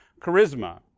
charisma